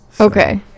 okay